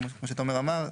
כמו שתומר אמר,